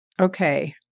okay